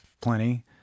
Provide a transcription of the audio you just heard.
plenty